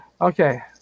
Okay